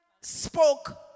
spoke